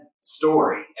story